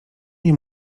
nie